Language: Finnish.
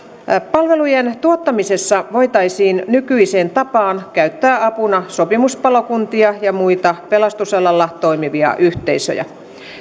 palvelujen tuottamisessa voitaisiin nykyiseen tapaan käyttää apuna sopimuspalokuntia ja muita pelastusalalla toimivia yhteisöjä